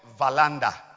Valanda